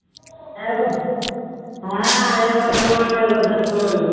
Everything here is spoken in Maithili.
एगो हँ एगो अठमामे एगो दसमामे